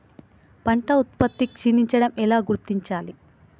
పంట ఉత్పత్తి క్షీణించడం ఎలా గుర్తించాలి?